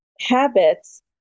habits